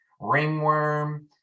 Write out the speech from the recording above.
ringworm